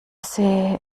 sehe